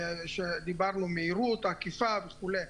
שדיברנו עליהן, מהירות עקיפה וכו'.